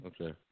okay